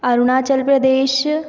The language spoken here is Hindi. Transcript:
अरुणाचल प्रदेश